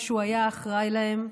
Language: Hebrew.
ושהוא היה אחראי להם,